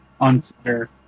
unfair